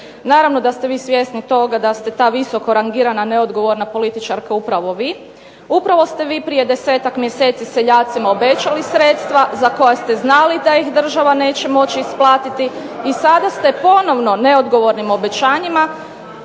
Naravno da ste vi svjesni toga da ste ta visoko rangirana neodgovorna političarka upravo vi, upravo ste vi prije 10-ak mjeseci seljaci obećali sredstva za koja ste znali da ih država neće moći isplatiti, i sada ste ponovno neodgovornim obećanjima